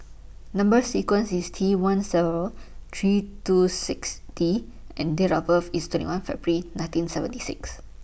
Number sequence IS T one several three two six D and Date of birth IS twenty one February nineteen seventy six